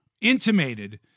intimated